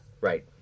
Right